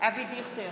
אבי דיכטר,